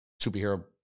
superhero